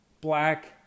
black